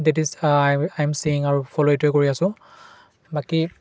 date is I am চিইং আৰু follow এইটোৱে কৰি আছোঁ বাকী